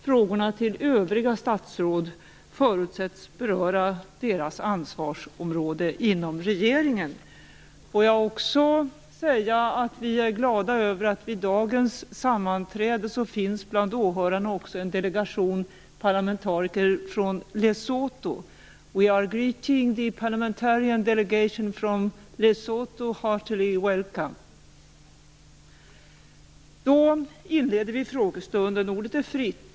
Frågorna till övriga statsråd förutsätts beröra deras ansvarsområde inom regeringen. Vi är glada över att det vid dagens sammanträde bland åhörarna finns en delegation parlamentariker från Leshoto. We bid the parliamentarian delegation from Leshoto heartily welcome. Vi inleder frågestunden. Ordet är fritt.